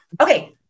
Okay